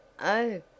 Oh